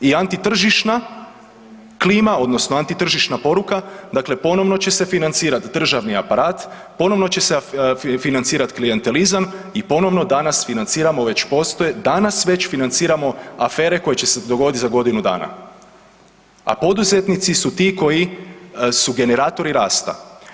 I antitržišna klima odnosno antitržišna poruka dakle ponovno će se financirati državni aparat, ponovno će se financirati klijentelizam i ponovno danas financiramo, već postoje, danas već financiramo afere koje će se dogoditi za godinu dana a poduzetnici su ti koji su generatori rasta.